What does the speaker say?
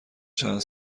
چند